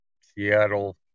Seattle